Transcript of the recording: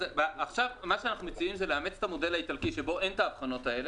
עכשיו אנחנו מציעים לאמץ את המודל האיטלקי שבו אין את האבחנות האלה.